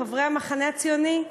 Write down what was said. חברי המחנה הציוני,